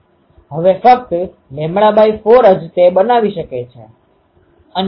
હવે ફક્ત λ4 જ તે બનાવી શકે છે